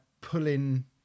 pulling